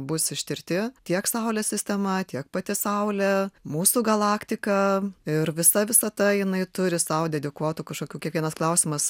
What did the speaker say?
bus ištirti tiek saulės sistema tiek pati saulė mūsų galaktika ir visa visata jinai turi sau dedikuotų kažkokių kiekvienas klausimas